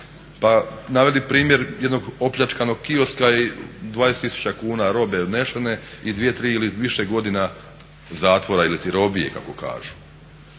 pa navodim primjer jednog opljačkanog kioska i 20 tisuća kuna robe odnešene i 2, 3 ili više godina zatvora ili robije kako kažu.